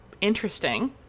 interesting